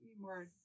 more